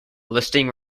listing